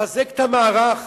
לחזק את המערך,